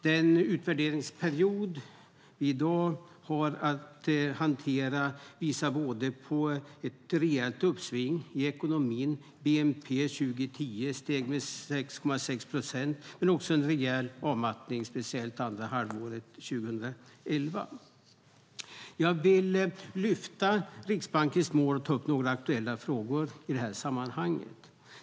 Den utvärderingsperiod vi i dag har att hantera visar på både ett rejält uppsving i ekonomin, bnp för 2010 steg med 6,6 procent, och en rejäl avmattning speciellt andra halvåret 2011. Jag vill lyfta upp Riksbankens mål och ta upp några aktuella frågor.